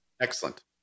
Excellent